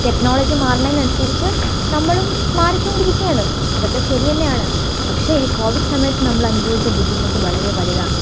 technology മാറുന്നതിനനുസരിച്ച് നമ്മളും മാറിക്കൊണ്ടിരിക്കുകയാണ് അതൊക്കെ ശരിതന്നെയാണ് പക്ഷേ ഈ കോവിഡ് സമയത്ത് നമ്മള് അനുഭവിച്ച ബുദ്ധിമുട്ട് വളരെ വലുതാണ്